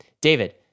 David